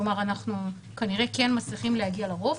אנחנו כנראה כן מצליחים להגיע לרוב.